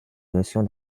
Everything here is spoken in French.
notion